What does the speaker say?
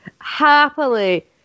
happily